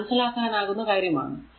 ഇത് മനസ്സിലാക്കാനാകുന്ന കാര്യമാണ്